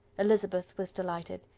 elizabeth was delighted.